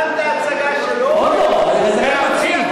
נתן את ההצגה שלו, עוד לא, זה רק מתחיל.